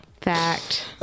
Fact